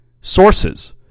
sources